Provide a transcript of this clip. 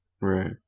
right